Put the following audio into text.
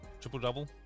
triple-double